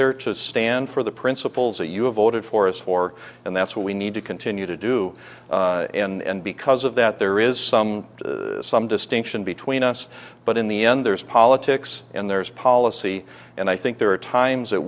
there to stand for the principles that you have a for us for and that's what we need to continue to do in because of that there is some some distinction between us but in the end there is politics and there's policy and i think there are times that